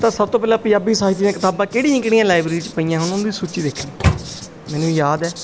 ਤਾਂ ਸਭ ਤੋਂ ਪਹਿਲਾਂ ਪੰਜਾਬੀ ਸਾਹਿਤ ਦੀਆਂ ਕਿਤਾਬਾਂ ਕਿਹੜੀਆਂ ਕਿਹੜੀਆਂ ਲਾਈਬ੍ਰੇਰੀ 'ਚ ਪਈਆਂ ਹੋਣ ਉਹਦੀ ਸੂਚੀ ਦੇਖਣੀ ਮੈਨੂੰ ਯਾਦ ਹੈ